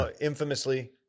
infamously